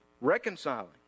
reconciling